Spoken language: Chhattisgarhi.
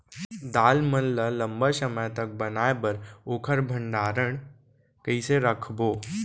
दाल मन ल लम्बा समय तक बनाये बर ओखर भण्डारण कइसे रखबो?